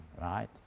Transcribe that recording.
right